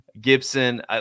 Gibson